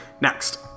Next